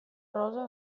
rosa